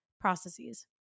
processes